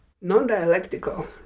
non-dialectical